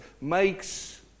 makes